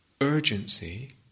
Urgency